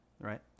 Right